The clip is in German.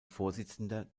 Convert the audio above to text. vorsitzender